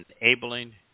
enabling